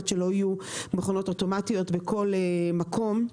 עד שלא יהיו מכונות אוטומטיות בכל מקום,